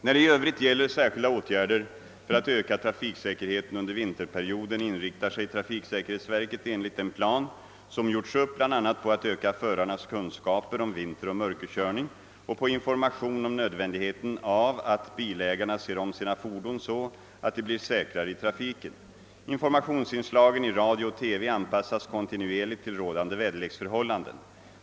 När det i övrigt gäller särskilda åtgärder för att öka trafiksäkerheten under vinterperioden inriktar sig trafiksäkerhetsverket enligt den plan som gjorts upp bl.a. på att öka förarnas kunskaper om vinteroch mörkerkörning och på information om nödvändigheten av att bilägarna ser om sina fordon så att de blir säkrare i trafiken. Informationsinslagen i radio och TV anpassas kontinuerligt till rådande väderleksförhållanden.